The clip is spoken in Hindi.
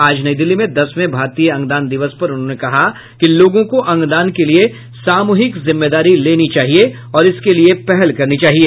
आज नई दिल्ली में दसवें भारतीय अंगदान दिवस पर उन्होंने कहा कि लोगों को अंगदान के लिए सामुहिक जिम्मेदारी लेनी चाहिए और इसके लिए पहल करनी चाहिए